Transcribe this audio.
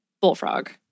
bullfrog